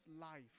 life